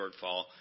shortfall